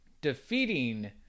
defeating